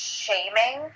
shaming